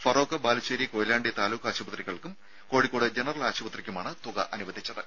ഫറോക്ക് ബാലുശ്ശേരി കൊയിലാണ്ടി താലൂക്ക് ആശുപത്രികൾക്കും കോഴിക്കോട് ജനറൽ ആശുപത്രിക്കുമാണ് തുക അനുവദിച്ചത്